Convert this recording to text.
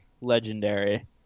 Legendary